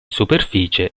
superficie